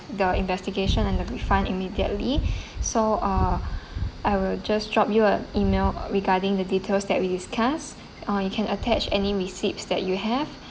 the investigation and the refund immediately so ah I will just drop you a email regarding the details that we discuss or you can attach any receipts that you have